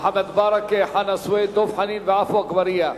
מוחמד ברכה, חנא סוייד, דב חנין ועפו אגבאריה.